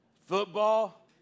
Football